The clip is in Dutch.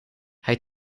hij